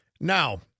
Now